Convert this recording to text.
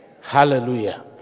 Hallelujah